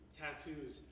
tattoos